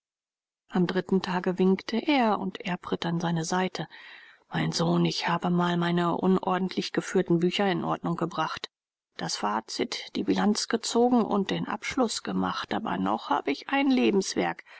am dritten tage winkte er und erb ritt an seine seite mein sohn ich habe mal meine unordentlich geführten bücher in ordnung gebracht das fazit die bilanz gezogen und den abschluß gemacht aber noch habe ich ein lebenswerk